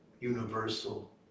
universal